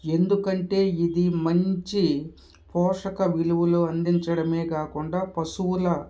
ఎందుకంటే ఇది మంచి పోషక విలువలు అందించడమే కాకుండా పశువుల